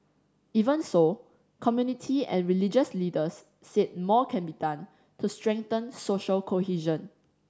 even so community and religious leaders said more can be done to strengthen social cohesion